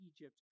Egypt